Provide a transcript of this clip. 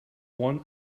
one